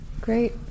great